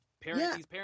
parents